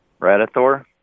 Radithor